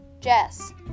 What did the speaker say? Jess